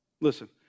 Listen